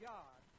God